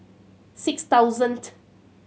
six thousand